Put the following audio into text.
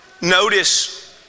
notice